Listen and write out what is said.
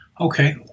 okay